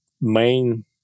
main